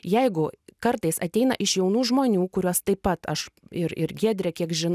jeigu kartais ateina iš jaunų žmonių kuriuos taip pat aš ir ir giedrė kiek žin